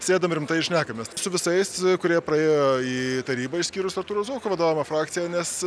sėdam rimtai ir šnekamės su visais kurie praėjo į tarybą išskyrus artūro zuoko vadovaujamą frakciją nes